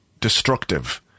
destructive